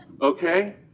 Okay